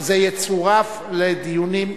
וזה יצורף לדיונים.